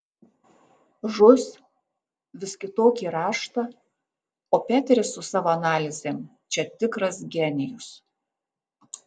žus vis kitokį raštą o peteris su savo analizėm čia tikras genijus